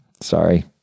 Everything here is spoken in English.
sorry